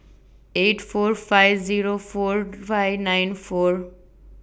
eight four five Zero four five nine four